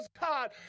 God